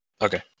Okay